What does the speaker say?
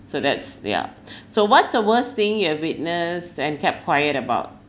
so that's yup so what's the worst thing you have witnessed and kept quiet about